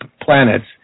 planets